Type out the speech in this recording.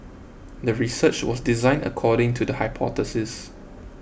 the research was designed according to the hypothesis